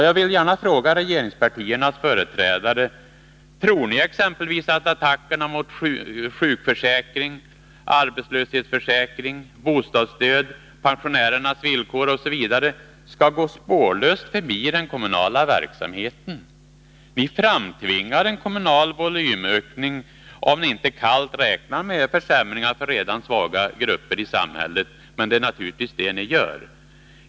Jag vill gärna fråga regeringspartiernas företrädare: Tror ni exempelvis att attackerna mot sjukförsäkring, arbetslöshetsförsäkring, bostadsstöd, pensionärernas villkor osv. skall gå spårlöst förbi i den kommunala verksamheten? Ni framtvingar en kommunal volymökning, om ni inte kallt räknar med försämringar för redan svaga grupper i samhället — och det är naturligtvis vad ni gör.